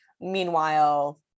Meanwhile